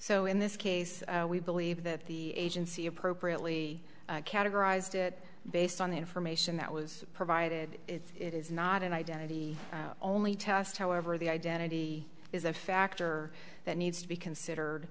so in this case we believe that the agency appropriately categorized it based on the information that was provided if it is not an identity only test however the identity is a factor that needs to be considered